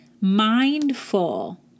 mindful